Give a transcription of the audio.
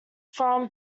from